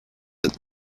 that